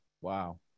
Wow